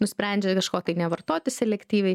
nusprendžia kažko tai nevartoti selektyviai